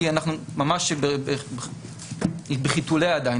כי היא בחיתוליה עדיין,